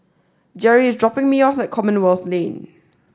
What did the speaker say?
Gerri is dropping me off at Commonwealth Lane